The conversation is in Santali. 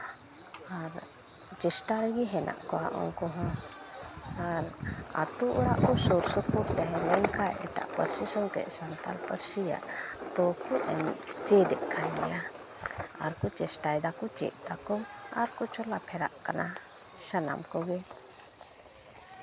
ᱟᱨ ᱪᱮᱥᱴᱟ ᱨᱮᱜᱮ ᱦᱮᱱᱟᱜ ᱠᱚᱣᱟ ᱩᱱᱠᱩ ᱦᱚᱸ ᱟᱨ ᱟᱛᱳ ᱚᱲᱟᱜ ᱠᱚ ᱥᱩᱨᱼᱥᱩᱯᱩᱨ ᱛᱟᱦᱮᱸᱞᱮᱱ ᱠᱷᱟᱡ ᱮᱴᱟᱜ ᱯᱟᱹᱨᱥᱤ ᱥᱟᱶᱛᱮ ᱥᱟᱱᱛᱟᱲ ᱯᱟᱹᱨᱥᱤᱭᱟᱜ ᱪᱮᱫᱮᱫ ᱠᱟᱱ ᱜᱮᱭᱟ ᱟᱨ ᱠᱚ ᱪᱮᱥᱴᱟᱭ ᱫᱟᱠᱚ ᱪᱮᱫ ᱫᱟᱠᱚ ᱟᱨᱠᱚ ᱪᱚᱞᱟ ᱯᱷᱮᱨᱟᱜ ᱠᱟᱱᱟ ᱥᱟᱱᱟᱢ ᱠᱚᱜᱮ